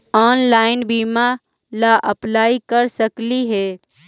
Online बीमा ला apply कर सकली हे?